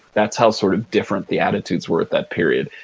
that's how sort of different the attitudes were at that period.